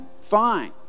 fine